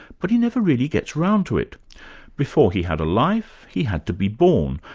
but he never really gets round to it before he had a life, he had to be born,